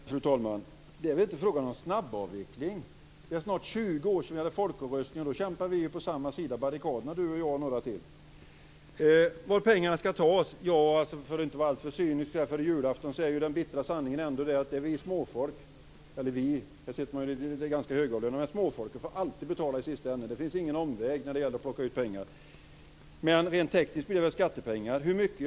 Fru talman! Jag börjar bakifrån. Det är inte fråga om någon snabbavveckling. Det är snart 20 år sedan som vi hade folkomröstning, och då kämpade vi på samma sida av barrikaderna, Inger Strömbom och jag och några till. Vart pengarna skall tas? För att inte vara alltför cynisk så här före julafton är ju den bittra sanningen ändå den att det är småfolket som får betala. Småfolket får alltid betala i slutändan. Det finns ingen omväg när det gäller att plocka ut pengar, men rent tekniskt blir det väl fråga om skattepengar. Hur mycket?